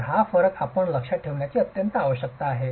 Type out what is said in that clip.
तर हा फरक आपण लक्षात ठेवण्याची आवश्यकता आहे